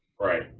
right